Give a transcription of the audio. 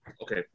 okay